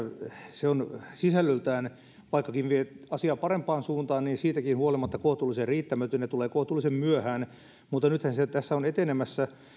se sisällöltään vaikkakin vie asiaa parempaan suuntaan on siitäkin huolimatta kohtuullisen riittämätön ja tulee kohtuullisen myöhään mutta nythän se tässä on etenemässä